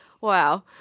Wow